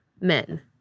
men